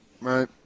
Right